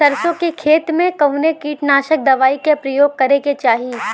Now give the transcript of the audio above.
सरसों के खेत में कवने कीटनाशक दवाई क उपयोग करे के चाही?